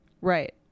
Right